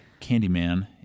Candyman